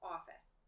Office